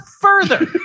further